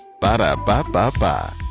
Ba-da-ba-ba-ba